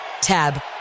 Tab